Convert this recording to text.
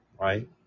Right